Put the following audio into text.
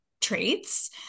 traits